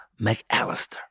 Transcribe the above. McAllister